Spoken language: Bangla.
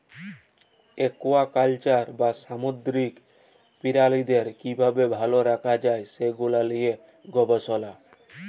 একুয়াকালচার বা সামুদ্দিরিক পিরালিদের কিভাবে ভাল রাখা যায় সে লিয়ে গবেসলা